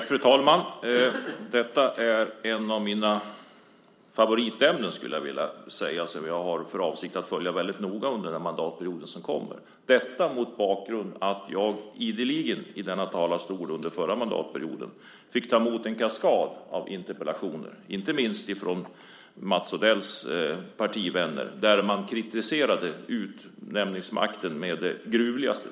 Fru talman! Detta är ett av mina favoritämnen som jag har för avsikt att följa väldigt noga under den här mandatperioden, detta mot bakgrund av att jag ideligen i denna talarstol under förra mandatperioden fick ta emot en kaskad av interpellationer, inte minst från Mats Odells partivänner, där man kritiserade utnämningsmakten å det gruvligaste.